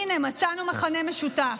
הינה, מצאנו מכנה משותף.